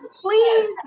please